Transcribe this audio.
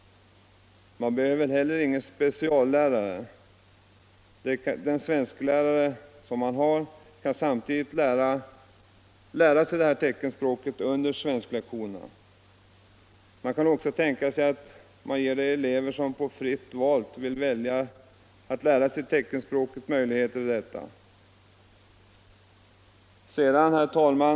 Man behöver heller ingen speciell lärare; det kan svenskläraren lära ut samtidigt som han eller hon lär sig själv teckenspråket. Man kan också tänka sig att man ger de elever som vill det möjligheten att lära sig teckenspråket som fritt valt ämne. Herr talman!